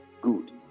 Good